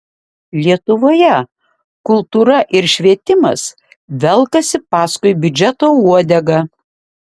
lietuvoje kultūra ir švietimas velkasi paskui biudžeto uodegą